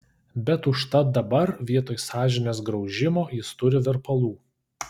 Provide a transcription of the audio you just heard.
bet užtat dabar vietoj sąžinės graužimo jis turi verpalų